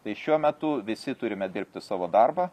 tai šiuo metu visi turime dirbti savo darbą